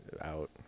out